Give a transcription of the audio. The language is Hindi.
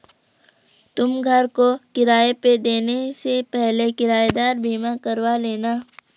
तुम घर को किराए पे देने से पहले किरायेदार बीमा करवा लेना